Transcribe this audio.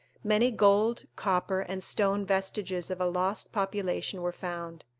many gold, copper, and stone vestiges of a lost population were found.